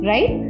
Right